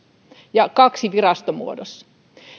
ja kaksi virastomuodossa